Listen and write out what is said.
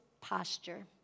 posture